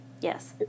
Yes